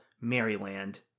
Maryland